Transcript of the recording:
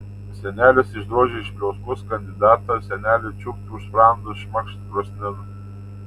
senelis išdrožė iš pliauskos kandidatą senelė čiūpt už sprando šmakšt krosnin